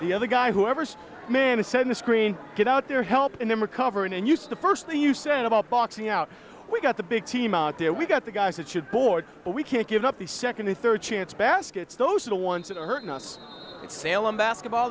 the other guy whoever's man to send the screen get out there helping them recover and use the first thing you said about boxing out we got the big team out there we got the guys it should board but we can't give up the second or third chance baskets those are the ones that are hurting us salem basketball